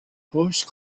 horse